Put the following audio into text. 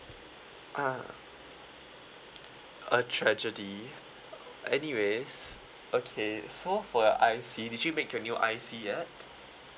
ah a tragedy anyways okay so for your I_C did you make your new I_C yet